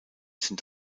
sind